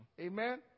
amen